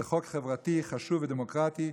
זה חוק חברתי חשוב ודמוקרטי.